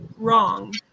Wrong